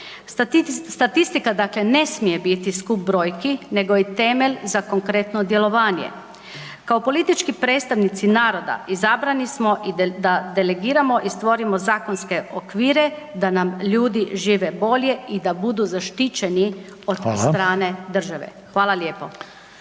Statistika dakle ne smije biti skup brojki nego je temelj za konkretno djelovanje. Kao politički predstavnici naroda izabrani smo da delegiramo i stvorimo zakonske okvire da nam ljudi žive bolje i da budu zaštićeni …/Upadica: Hvala./… od strane države. Hvala lijepo.